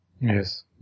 Yes